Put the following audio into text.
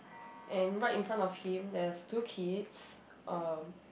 and right in front of him there is two kids uh